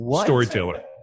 Storyteller